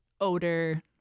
odor